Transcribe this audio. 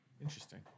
Interesting